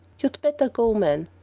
you'd better go, man,